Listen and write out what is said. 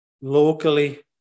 locally